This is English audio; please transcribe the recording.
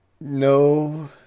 No